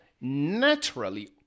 naturally